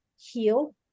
heal